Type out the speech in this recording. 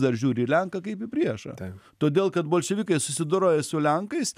dar žiūri į lenką kaip į priešą todėl kad bolševikai susidoroja su lenkais